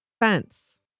Fence